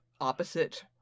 opposite